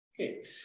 Okay